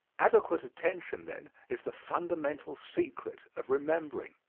adequate attention, then, is the fundamental secret of remembering.